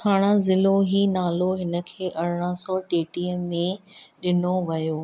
ठाणा ज़िलो ई नालो हिन खे अरिड़हं सौ टेटीह में ॾिनो वियो